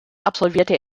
absolvierte